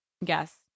Yes